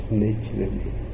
naturally